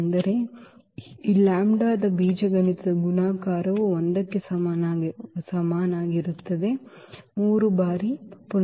ಅಂದರೆ ಈ ಲ್ಯಾಂಬ್ಡಾದ ಈ ಬೀಜಗಣಿತದ ಗುಣಾಕಾರವು ಈಗ 1 ಕ್ಕೆ ಸಮನಾಗಿರುತ್ತದೆ 3